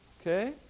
okay